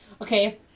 Okay